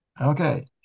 Okay